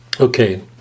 Okay